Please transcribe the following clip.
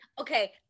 Okay